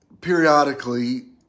periodically